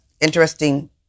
interesting